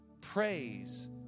praise